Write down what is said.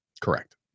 Correct